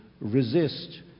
resist